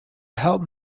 help